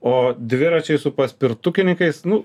o dviračiai su paspirtukais nu